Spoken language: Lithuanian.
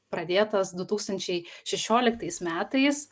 pradėtas du tūkstančiai šešioliktais metais